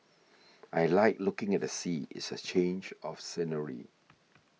I like looking at the sea it's a change of scenery